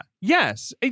yes